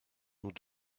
nous